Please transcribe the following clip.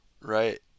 Right